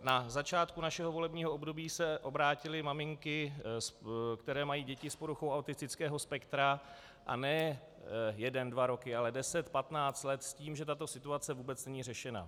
Na začátku našeho volebního období se obrátily maminky, které mají děti s poruchou autistického spektra, a ne jeden dva roky, ale deset patnáct let, s tím, že tato situace není vůbec řešena.